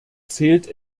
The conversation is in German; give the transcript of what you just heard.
zählt